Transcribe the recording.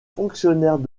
fonctionnaires